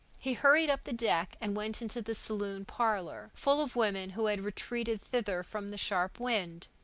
he hurried up the deck and went into the saloon parlor, full of women who had retreated thither from the sharp wind.